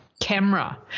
camera